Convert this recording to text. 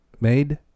made